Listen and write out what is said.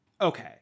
Okay